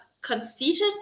conceited